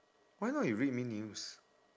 why not you read me news